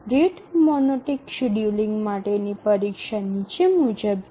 rate monotonic scheduling માટેની પરીક્ષા નીચે મુજબ છે